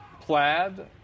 plaid